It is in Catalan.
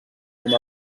com